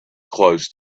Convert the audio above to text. close